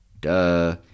Duh